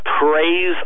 praise